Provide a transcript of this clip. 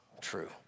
true